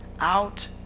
out